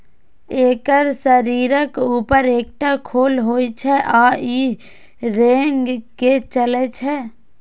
एकर शरीरक ऊपर एकटा खोल होइ छै आ ई रेंग के चलै छै